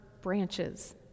branches